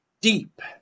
deep